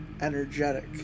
energetic